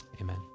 Amen